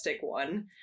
one